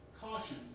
Caution